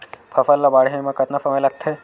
फसल ला बाढ़े मा कतना समय लगथे?